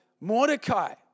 Mordecai